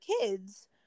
kids